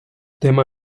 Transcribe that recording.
tema